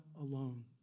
alone